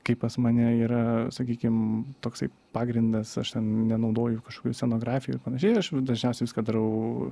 kaip pas mane yra sakykim toksai pagrindas aš ten nenaudoju kažkokių scenografijų ir panašiai aš dažniausiai viską darau